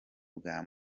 bwa